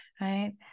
right